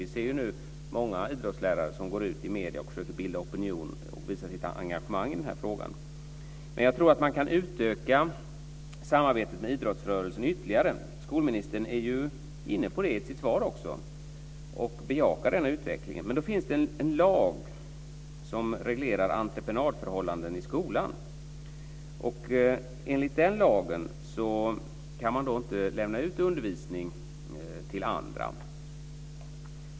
Vi ser nu många idrottslärare som går ut i medierna och försöker bilda opinion och visar sitt engagemang i denna fråga. Jag tror att man kan utöka samarbetet med idrottsrörelsen ytterligare. Skolministern är inne på det i sitt svar och bejakar denna utveckling. Det finns en lag som reglerar entreprenadförhållanden i skolan. Enligt den lagen kan man inte lämna ut undervisning till andra.